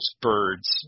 birds